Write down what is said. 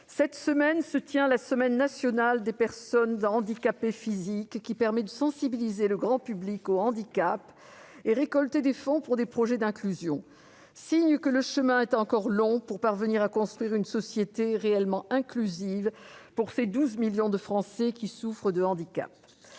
cette semaine se tient la semaine nationale des personnes handicapées physiques : elle permet de sensibiliser le grand public au handicap et de récolter des fonds pour des projets d'inclusion. Signe que le chemin est encore long pour parvenir à construire une société réellement inclusive pour ces 12 millions de Français qui souffrent de handicap.